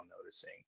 noticing